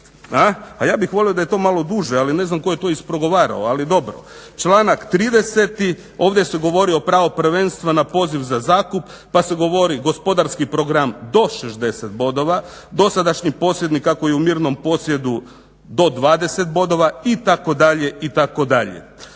Ja bih volio da je to malo duže, ali ne znam tko je to ispregovarao? Ali dobro. Članak 30. ovdje se govorio o pravu prvenstva na poziv za zakup, pa se govorio gospodarski program do 60 bodova. Dosadašnji posjednik, kako i u mirnom posjedu do 20 bodova itd. Itd.